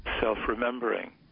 self-remembering